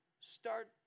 start